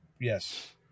Yes